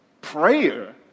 prayer